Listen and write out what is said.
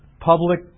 public